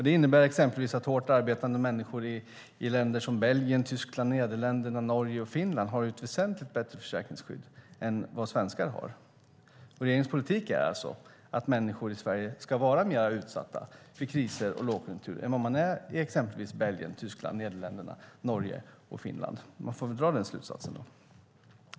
Det innebär exempelvis att hårt arbetande människor i länder som Belgien, Tyskland, Nederländerna, Norge och Finland har ett väsentligt bättre försäkringsskydd än vad svenskar har. Regeringens politik är att människor i Sverige ska vara mer utsatta för kriser och lågkonjunktur än vad de är i exempelvis Belgien, Tyskland, Nederländerna, Norge och Finland. Det är den slutsats man får dra.